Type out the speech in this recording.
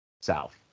south